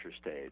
stage